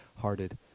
hearted